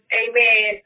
amen